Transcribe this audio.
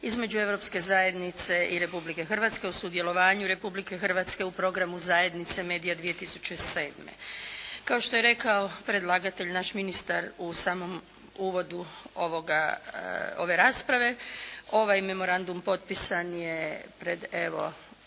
između Europske zajednice i Republike Hrvatske o sudjelovanju Republike Hrvatske u programu zajednice Media 2007. Kao što je rekao predlagatelj, naš ministar u samom uvodu ove rasprave, ovaj memorandum potpisan je pred evo